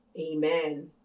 amen